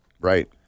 Right